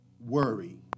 worry